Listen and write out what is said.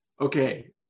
Okay